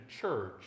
Church